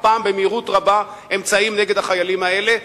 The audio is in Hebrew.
הפעם במהירות רבה, אמצעים נגד החיילים האלה,